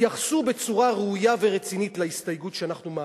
התייחסו בצורה ראויה ורצינית להסתייגות שאנחנו מעלים.